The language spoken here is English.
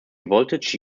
voltage